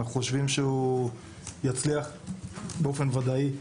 אנחנו חושבים שהוא יצליח באופן ודאי.